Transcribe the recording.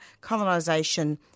colonisation